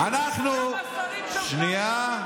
שנייה.